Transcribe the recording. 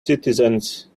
citizens